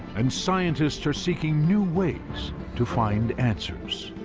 and scientists are seeking new ways to find answers.